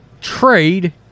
trade